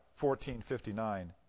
1459